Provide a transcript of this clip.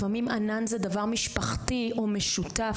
לפעמים ענן זה דבר משפחתי, או משותף.